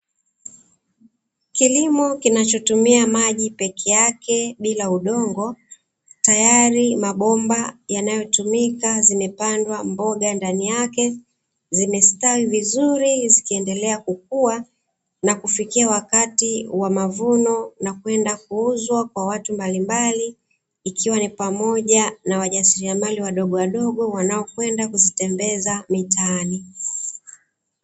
Kilimo kinacho tumia maji peke yake bila udongo tayari mabomba yanayo tumika zimepandwa mboga, ndani yake yamestawi vizuri zikiendelea kukua na kufikia wakati wa mavuno na kwenda kuuzwa kwa watu mbalimbali, ikiwa ni pamoja na wajasiriamari wadogo wadogo wanao kwenda kuzitembeza mtaani.